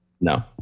No